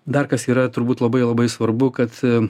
dar kas yra turbūt labai labai svarbu kad